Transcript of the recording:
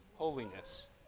holiness